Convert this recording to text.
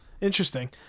interesting